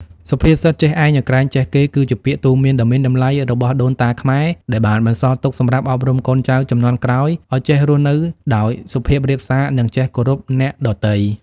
សុភាសិត "ចេះឯងឲ្យក្រែងចេះគេ" គឺជាពាក្យទូន្មានដ៏មានតម្លៃរបស់ដូនតាខ្មែរ ដែលបានបន្សល់ទុកសម្រាប់អប់រំកូនចៅជំនាន់ក្រោយឲ្យចេះរស់នៅដោយសុភាពរាបសារ និងចេះគោរពអ្នកដទៃ។